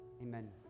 Amen